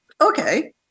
okay